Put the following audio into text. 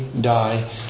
die